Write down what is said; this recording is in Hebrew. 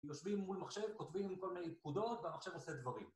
יושבים מול מחשב, כותבים כל מיני פקודות והמחשב עושה דברים.